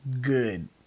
good